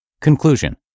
Conclusion